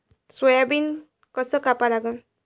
Soybean कस कापा लागन?